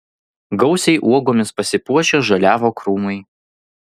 gausiai uogomis pasipuošę žaliavo krūmai